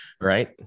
Right